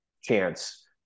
chance